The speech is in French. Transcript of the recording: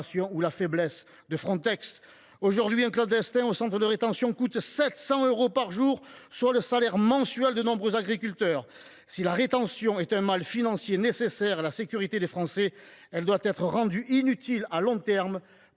ou la faiblesse de Frontex. Aujourd’hui, un clandestin en centre de rétention coûte 700 euros par jour, soit le salaire mensuel de nombreux agriculteurs. Si la rétention est un mal financier nécessaire à la sécurité des Français, elle doit être rendue inutile à long terme